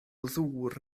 ddŵr